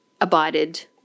abided